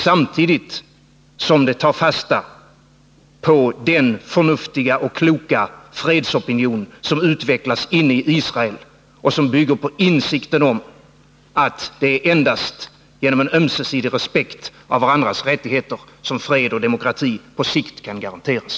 Man bör samtidigt ta fasta på den förnuftiga och kloka fredsopinion som utvecklas inne i Israel och som bygger på insikten att det endast är genom en ömsesidig respekt för varandras rättigheter som fred och demokrati på sikt kan garanteras.